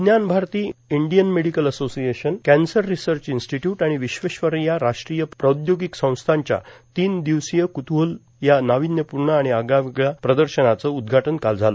विज्ञान Bharati Indian Medical Association Cancer Research Institute आणि विश्वेश्वरय्या राष्ट्रीय औद्योगिक संस्थानच्या तीन दिवसीय कुतूहल या नाविन्यपूर्ण आणि आगळयावेगळया प्रदर्शनाचं उद्घाटन काल झालं